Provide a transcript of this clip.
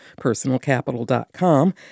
personalcapital.com